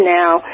now